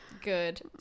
good